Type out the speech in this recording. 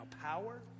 power